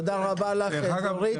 תודה רבה לך, דורית.